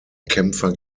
kämpfer